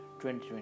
2020